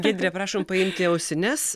giedre prašom paimti ausines